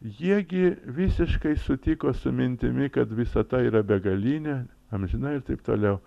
jie gi visiškai sutiko su mintimi kad visata yra begalinė amžina ir taip toliau